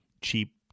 cheap